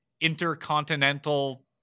intercontinental